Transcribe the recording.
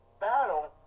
battle